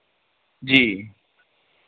जी